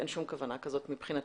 אין שום כוונה כזו מבחינתי.